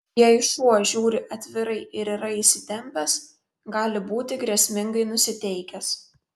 jei šuo žiūri atvirai ir yra įsitempęs gali būti grėsmingai nusiteikęs